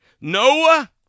Noah